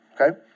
okay